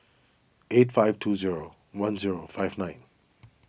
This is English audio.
eight five two zero one zero five nine